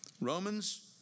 Romans